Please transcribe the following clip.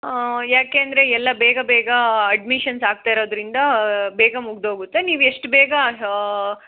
ಆಂ ಯಾಕೆಂದರೆ ಎಲ್ಲ ಬೇಗ ಬೇಗ ಅಡ್ಮಿಷನ್ಸ್ ಆಗ್ತಾ ಇರೋದರಿಂದ ಬೇಗ ಮುಗಿದೋಗುತ್ತೆ ನೀವು ಎಷ್ಟು ಬೇಗ